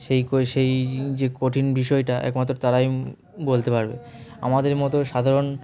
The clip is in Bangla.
সেই ক সেই যে কঠিন বিষয়টা একমাত্র তারাই বলতে পারবে আমাদের মতো সাধারণ